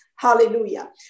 Hallelujah